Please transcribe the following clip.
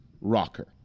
rocker